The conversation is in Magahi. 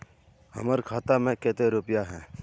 हमर खाता में केते रुपया है?